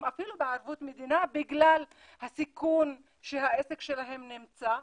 אפילו בערבות מדינה בגלל הסיכון שהעסק שלהם נמצא.